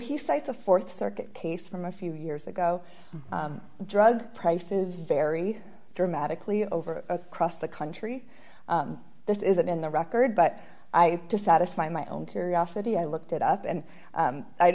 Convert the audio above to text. he cites a th circuit case from a few years ago drug prices vary dramatically over a cross the country this isn't in the record but i to satisfy my own curiosity i looked it up and